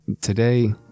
Today